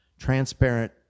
transparent